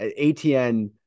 ATN